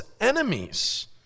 enemies